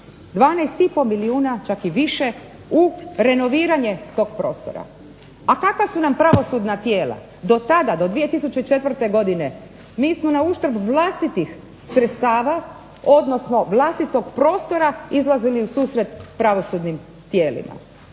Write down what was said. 12,5 milijuna čak i više u renoviranje tog prostora, a kakva su nam pravosudna tijela, do tada do 2004. mi smo na uštrb vlastitih sredstava, odnosno vlastitog prostora izlazili u susret pravosudnim tijelima,